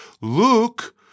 Luke